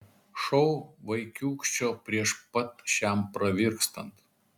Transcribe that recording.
šou vaikiūkščio prieš pat šiam pravirkstant